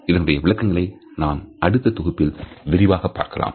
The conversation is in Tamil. இதனுடைய விளக்கங்களை நாம் அடுத்த தொகுப்பில் விரிவாக பார்க்கலாம்